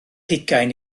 hugain